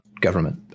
government